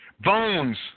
Bones